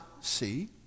see